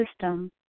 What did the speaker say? system